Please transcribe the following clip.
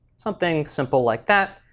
something simple like that.